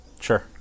Sure